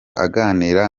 aganira